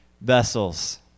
vessels